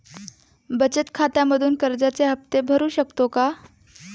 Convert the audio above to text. बचत खात्यामधून कर्जाचे हफ्ते भरू शकतो का?